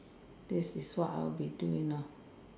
this is what I would be doing lor